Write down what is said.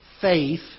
faith